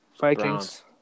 Vikings